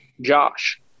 Josh